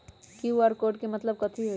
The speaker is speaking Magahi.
कियु.आर कोड के मतलब कथी होई?